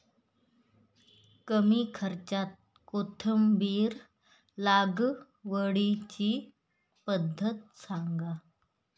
कमी खर्च्यात कोथिंबिर लागवडीची पद्धत सांगा